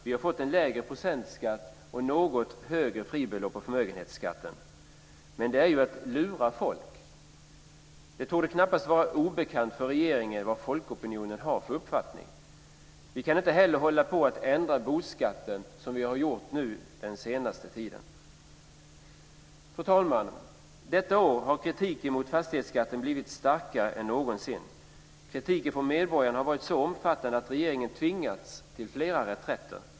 Vi har fått en lägre procentsats och ett något högre fribelopp på förmögenhetsskatten. Men det är ju att lura folket. Det torde knappast vara obekant för regeringen vad folkopinionen har för uppfattning. Vi kan inte heller hålla på att ändra boskatten som vi har gjort under den senaste tiden. Fru talman! Detta år har kritiken mot fastighetsskatten blivit starkare än någonsin. Kritiken från medborgarna har varit så omfattande att regeringen tvingats till flera reträtter.